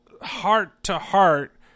heart-to-heart